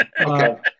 Okay